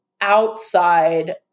outside